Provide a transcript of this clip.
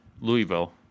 Louisville